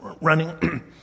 running